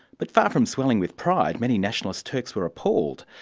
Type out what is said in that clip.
but far from swelling with pride, many nationalist turks were appalled.